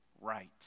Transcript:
right